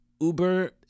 Uber